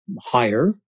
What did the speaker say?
higher